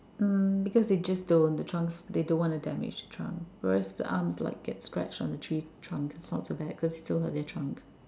mm because they just don't the trunks they don't want to damage the trunk whereas the arms like get scratched on the tree trunk it's not so bad because they still have their trunks